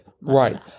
Right